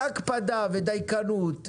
דייקנות,